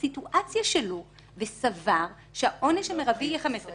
בסיטואציה שלו וסבר שהעונש המרבי יהיה 15 שנים.